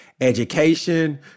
education